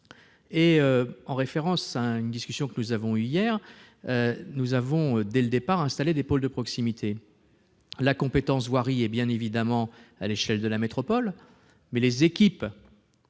En référence à une discussion que nous avons eue hier, j'indique que nous avons dès le départ installé des pôles de proximité. La compétence « voirie » est bien évidemment exercée à l'échelle de la métropole, mais les équipes